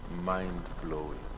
mind-blowing